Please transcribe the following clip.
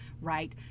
right